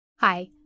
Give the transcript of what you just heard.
hi